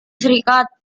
serikat